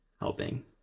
helping